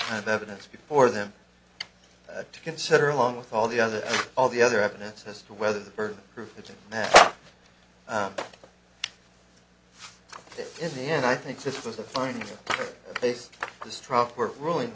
kind of evidence before them to consider along with all the other all the other evidence as to whether the burden of proof in the end i think this was a fine place